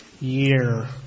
year